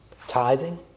Tithing